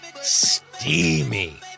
steamy